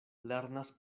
lernas